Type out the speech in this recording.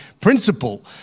principle